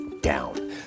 down